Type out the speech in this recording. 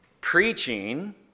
preaching